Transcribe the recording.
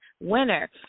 Winner